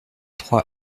trois